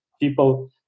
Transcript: people